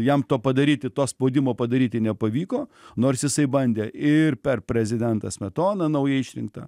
jam to padaryti to spaudimo padaryti nepavyko nors jisai bandė ir per prezidentą smetoną naujai išrinktą